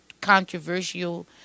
controversial